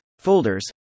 folders